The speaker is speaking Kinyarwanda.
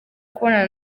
kubonana